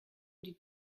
die